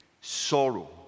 Sorrow